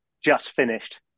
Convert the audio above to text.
just-finished